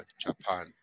Japan